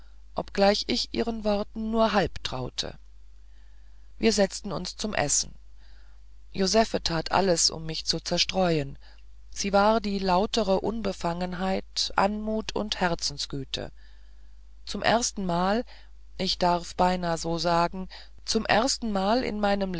obgleich ich ihren worten nur halb traute wir setzten uns zum essen josephe tat alles um mich zu zerstreuen sie war die lautere unbefangenheit anmut und herzensgüte zum erstenmal ich darf beinah so sagen zum erstenmal in meinem